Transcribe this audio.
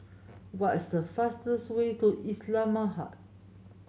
what is the fastest way to Islamabad